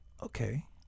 okay